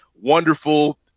wonderful